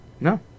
No